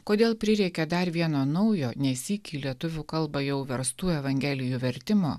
kodėl prireikė dar vieno naujo nesyk į lietuvių kalbą jau verstų evangelijų vertimo